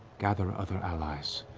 gather other allies.